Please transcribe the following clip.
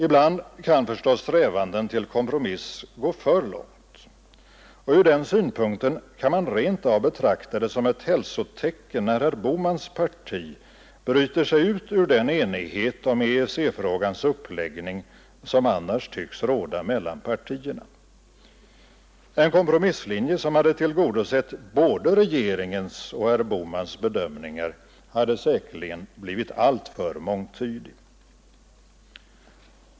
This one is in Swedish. Ibland kan förstås strävanden till kompromiss gå för långt, och ur den synpunkten kan man rent av betrakta det som ett hälsotecken när herr Bohmans parti bryter sig ut ur den enighet om EEC-frågans uppläggning som annars tycks råda mellan partierna. En kompromisslinje, som hade tillgodosett både regeringens och herr Bohmans bedömningar, hade säkerligen blivit alltför mångtydig.